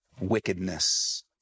wickedness